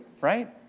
right